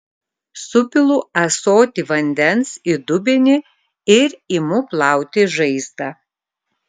supilu ąsotį vandens į dubenį ir imu plauti žaizdą